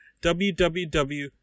www